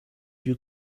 you